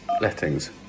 Lettings